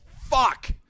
Fuck